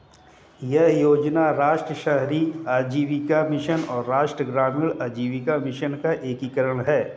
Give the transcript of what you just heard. यह योजना राष्ट्रीय शहरी आजीविका मिशन और राष्ट्रीय ग्रामीण आजीविका मिशन का एकीकरण है